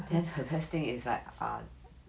then the best thing is like err